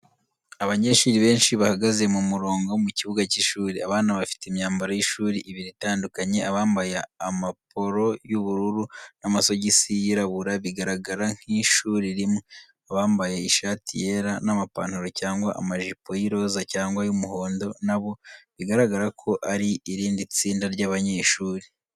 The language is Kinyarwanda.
Abanyeshuri benshi bahagaze mu murongo mu kibuga cy’ishuri. Abana bafite imyambaro y’ishuri ibiri itandukanye abambaye amaporo y’ubururu n’amasogisi yirabura bigaragara nk’ishuri rimwe. Abambaye ishati yera n’amapantaro cyangwa amajipo y’iroza cyangwa y’umuhondo nabo bigaragara ko ari irindi tsinda ry’abanyeshuri.